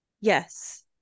yes